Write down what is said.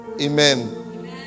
amen